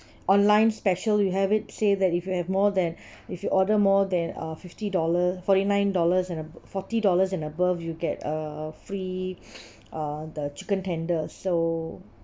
online special you have it say that if you have more than if you order more than uh fifty dollar forty nine dollars and a~ forty dollars and above you get uh free uh the chicken tender so